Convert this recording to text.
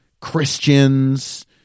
Christians